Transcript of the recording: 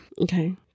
Okay